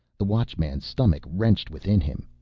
the watchman's stomach wrenched within him.